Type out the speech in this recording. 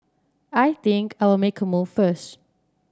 I think I'll make a move first